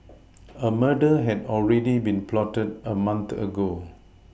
a murder had already been plotted a month ago